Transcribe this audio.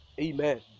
Amen